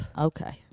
Okay